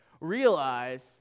realize